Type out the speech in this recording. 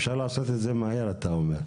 אפשר לעשות את זה מהר, אתה אומר.